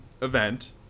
event